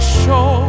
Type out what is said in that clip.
show